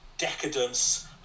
decadence